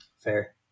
Fair